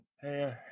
Hey